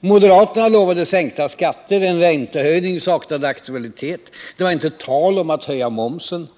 Moderaterna lovade sänkta skatter. En räntehöjning saknade aktualitet. Det var inte tal om att höja momsen.